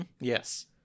Yes